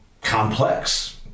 complex